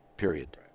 period